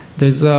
there's